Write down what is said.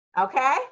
okay